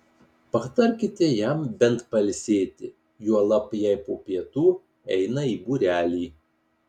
patarkite jam bent pailsėti juolab jei po pietų eina į būrelį